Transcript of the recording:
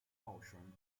motion